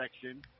section